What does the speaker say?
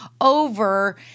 over